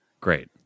Great